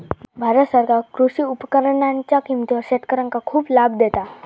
भारत सरकार कृषी उपकरणांच्या किमतीवर शेतकऱ्यांका खूप लाभ देता